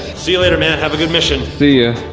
see you later man, have a good mission. see ya.